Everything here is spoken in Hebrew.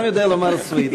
גם יודע לומר סויד,